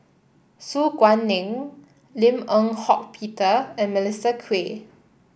Su Guaning Lim Eng Hock Peter and Melissa Kwee